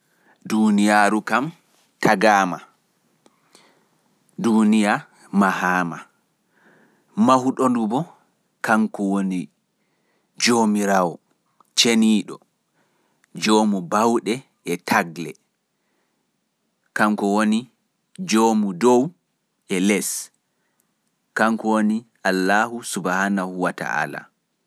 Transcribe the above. Duniyaru kam taga ma, mahaama. Mahuɗo ndu bo kanko woni jomirawo ceniɗo jom bauɗe e tagle, jom dow e les.